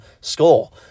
score